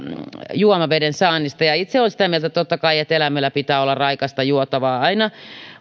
juomaveden saannista itse olen sitä mieltä totta kai että eläimellä pitää olla raikasta juotavaa aina